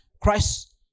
Christ